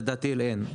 לדעתי אין.